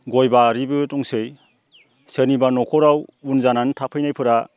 गय बारिबो दंसै सोरनिबा न'खराव उन जानानै थाफैनायफोरा